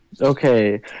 Okay